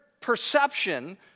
perception